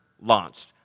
Launched